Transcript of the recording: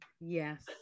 yes